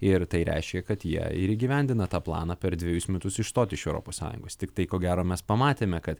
ir tai reiškia kad jie ir įgyvendina tą planą per dvejus metus išstoti iš europos sąjungos tiktai ko gero mes pamatėme kad